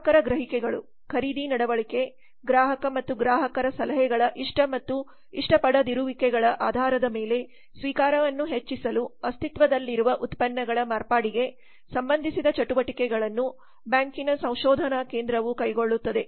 ಗ್ರಾಹಕರ ಗ್ರಹಿಕೆಗಳು ಖರೀದಿ ನಡವಳಿಕೆ ಗ್ರಾಹಕ ಮತ್ತು ಗ್ರಾಹಕರ ಸಲಹೆಗಳ ಇಷ್ಟ ಮತ್ತು ಇಷ್ಟಪಡದಿರುವಿಕೆಗಳ ಆಧಾರದ ಮೇಲೆ ಸ್ವೀಕಾರವನ್ನು ಹೆಚ್ಚಿಸಲು ಅಸ್ತಿತ್ವದಲ್ಲಿರುವ ಉತ್ಪನ್ನಗಳ ಮಾರ್ಪಾಡಿಗೆ ಸಂಬಂಧಿಸಿದ ಚಟುವಟಿಕೆಗಳನ್ನು ಬ್ಯಾಂಕಿನ ಸಂಶೋಧನಾ ಕೇಂದ್ರವು ಕೈಗೊಳ್ಳುತ್ತದೆ